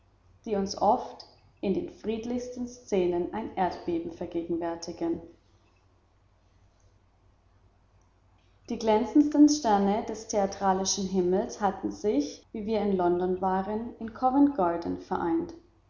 die uns oft in den friedlichsten szenen ein erdbeben vergegenwärtigen die glänzendsten sterne des theatralischen himmels hatten sich wie wir in london waren in covent garden vereint